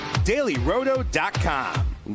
dailyroto.com